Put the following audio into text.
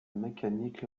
mécanique